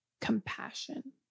Compassion